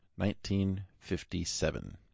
1957